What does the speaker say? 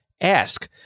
ask